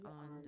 on